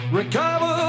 recover